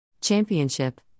Championship